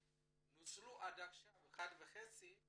נוצלו עד עכשיו רק 1.5 מיליון,